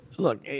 Look